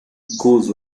schools